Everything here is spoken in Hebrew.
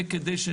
וכדי שנסתכל...